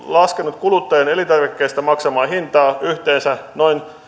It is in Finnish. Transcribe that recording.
laskenut kuluttajien elintarvikkeista maksamaa hintaa yhteensä noin